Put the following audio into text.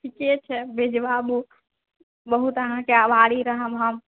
ठीके छै भिजबाबु बहुत अहाँकेँ आभारी रहब हम